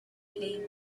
playing